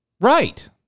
Right